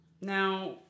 Now